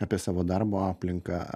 apie savo darbo aplinką